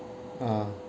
ah